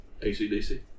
ACDC